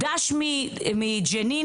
"ד"ש מג'נין",